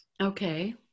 Okay